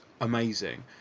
amazing